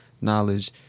knowledge